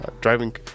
driving